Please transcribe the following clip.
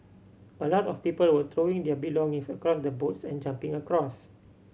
a lot of people were throwing their belongings across the boats and jumping across